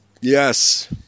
Yes